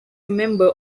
member